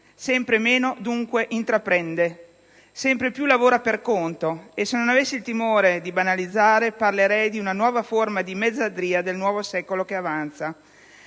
sempre meno - dunque - intraprende, sempre più lavora "per conto". E se non avessi timore di banalizzare, parlerei di una nuova forma di mezzadria del nuovo secolo che avanza,